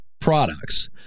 products